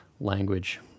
language